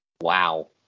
Wow